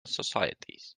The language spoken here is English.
societies